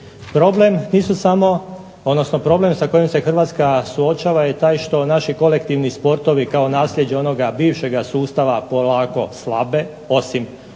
problem sa kojim se Hrvatska suočava je taj što naši kolektivni sportovi kao naslijeđe onog bivšeg sustava polako slabe, osim vaterpola